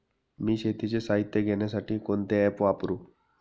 मी शेतीचे साहित्य घेण्यासाठी कोणते ॲप वापरु?